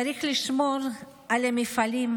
צריך לשמור על המפעלים,